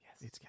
Yes